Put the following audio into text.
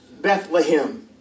Bethlehem